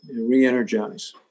re-energize